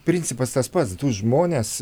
principas tas pats du žmonės